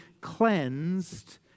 cleansed